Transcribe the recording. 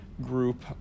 Group